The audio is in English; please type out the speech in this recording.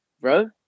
bro